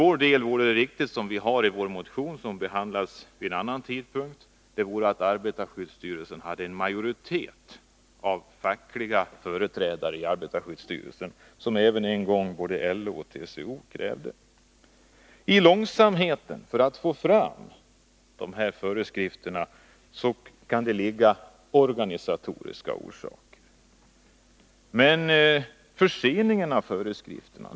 Vi anser, vilket vi framhåller i en motion som behandlas vid en senare tidpunkt, att arbetarskyddsstyrelsen består av en majoritet av fackliga företrädare, något som både LO och TCO en gång krävde. Det kan finnas organisatoriska orsaker till att det går så långsamt med att få fram dessa föreskrifter.